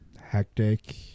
hectic